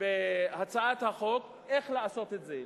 בהצעת החוק, איך לעשות את זה.